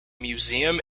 museum